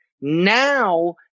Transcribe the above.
Now